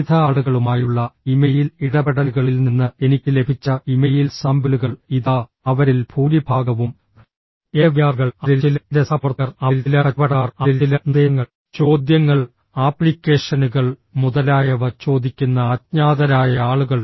വിവിധ ആളുകളുമായുള്ള ഇമെയിൽ ഇടപെടലുകളിൽ നിന്ന് എനിക്ക് ലഭിച്ച ഇമെയിൽ സാമ്പിളുകൾ ഇതാ അവരിൽ ഭൂരിഭാഗവും എന്റെ വിദ്യാർത്ഥികൾ അവരിൽ ചിലർ എന്റെ സഹപ്രവർത്തകർ അവരിൽ ചിലർ കച്ചവടക്കാർ അവരിൽ ചിലർ നിർദ്ദേശങ്ങൾ ചോദ്യങ്ങൾ ആപ്ലിക്കേഷനുകൾ മുതലായവ ചോദിക്കുന്ന അജ്ഞാതരായ ആളുകൾ